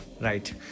Right